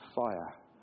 fire